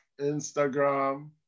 Instagram